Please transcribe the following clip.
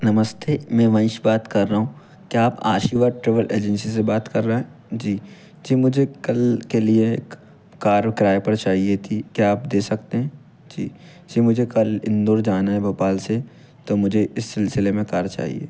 नमस्ते मैं मनीष बात कर रहा हूँ क्या आप आशिवा ट्रेवल एजेंसी से बात कर रहे हैं जी जी मुझे कल के लिए कार किराये पर चाहिए थी क्या आप दे सकते है जी जी मुझे कल इंदौर जाना है भोपाल से तो मुझे इस सिलसिले में कार चाहिए